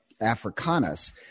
Africanus